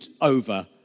over